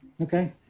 Okay